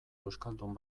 euskaldun